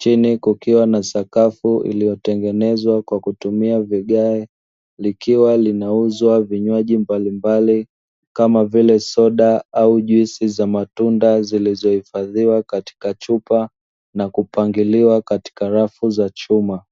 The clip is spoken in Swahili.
Chini kukiwa na sakafu iliyotengenezwa kwa kutumia vigae, likiwa linauzwa vinywaji mbalimbali kama vile soda au juisi za matunda zilizohifaziwa katika chupa na kupangiliwa katika rafu za chuma.